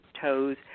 toes